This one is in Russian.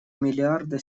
миллиарда